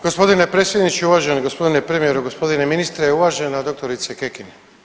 Gospodine predsjedniče, uvaženi gospodine premijeru, gospodine ministre i uvažena doktorice Kekin.